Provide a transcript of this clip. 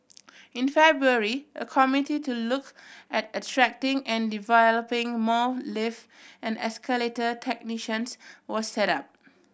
in February a committee to look at attracting and developing more lift and escalator technicians was set up